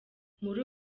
muri